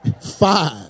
five